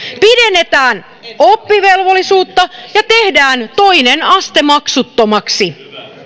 pidennetään oppivelvollisuutta ja tehdään toinen aste maksuttomaksi